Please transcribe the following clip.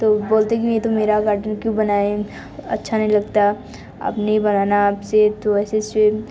तो बोलते हैं कि नहीं तुम मेरा गार्डन क्यूँ बनाए अच्छा नहीं लगता अब नहीं बनाना अब से तू ऐसे स्विम